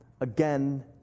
again